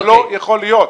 זה לא יכול להיות.